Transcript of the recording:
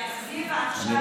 להחזיר עכשיו,